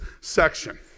section